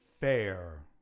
Fair